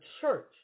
church